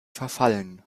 verfallen